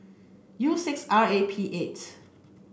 U six R A P eight